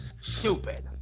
Stupid